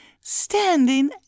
standing